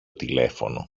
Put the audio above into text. τηλέφωνο